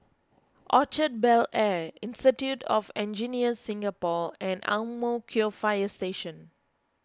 Orchard Bel Air Institute of Engineers Singapore and Ang Mo Kio Fire Station